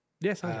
Yes